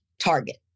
Target